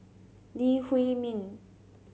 Lee Huei Min